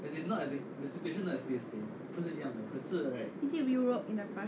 is it europe in the past